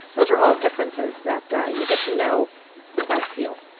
those are all differences that you get to know by feel.